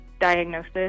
diagnosis